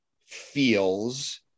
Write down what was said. feels